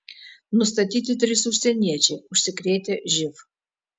nustatyti trys užsieniečiai užsikrėtę živ